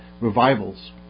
revivals